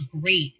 great